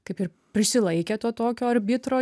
kaip ir prisilaikė to tokio arbitro